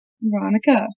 Veronica